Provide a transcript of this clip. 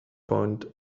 point